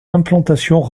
implantations